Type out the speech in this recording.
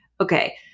okay